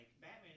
Batman